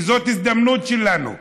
זאת ההזדמנות שלנו,